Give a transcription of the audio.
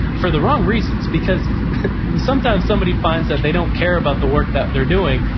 for the wrong reasons because sometimes somebody finds that they don't care about the work that they're doing,